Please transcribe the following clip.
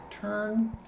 turn